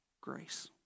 grace